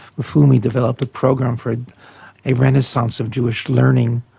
with whom he developed a program for a renaissance of jewish learning,